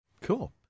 cool